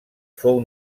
fou